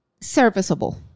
serviceable